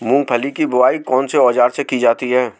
मूंगफली की बुआई कौनसे औज़ार से की जाती है?